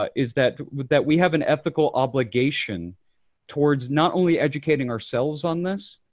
ah is that that we have an ethical obligation towards not only educating ourselves on this,